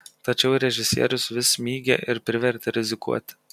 tačiau režisierius vis mygė ir privertė rizikuoti